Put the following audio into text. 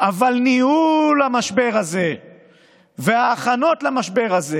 אבל ניהול המשבר הזה וההכנות למשבר הזה